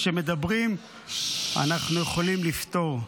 כשמדברים אנחנו יכולים לפתור: